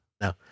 no